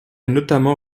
notamment